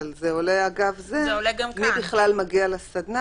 אבל זה עולה אגב זה מי בכלל מגיע לסדנה,